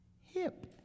hip